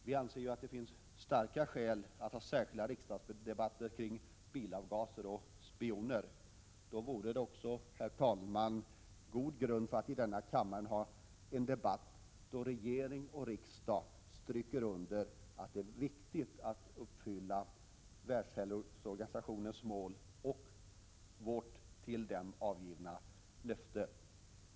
Vi anser ju att det finns starka skäl att ha särskilda riksdagsdebatter kring bilavgaser och spioner. Då finns det också, herr talman, god grund för att i denna kammare ha en debatt där regering och riksdag stryker under att det är viktigt att uppfylla Världshälsoorganisationens mål och vårt till organisationen avgivna löfte.